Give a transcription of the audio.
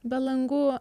be langų